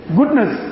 goodness